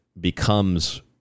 becomes